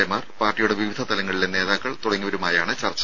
A മാർ പാർട്ടിയുടെ വിവിധ തലങ്ങളിലെ നേതാക്കന്മാർ തുടങ്ങിയവരുമായാണ് ചർച്ച